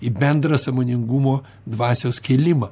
į bendrą sąmoningumo dvasios kėlimą